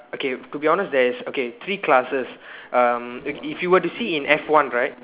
okay to be honest there is okay three classes um if you were to see in F one right